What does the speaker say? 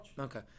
Okay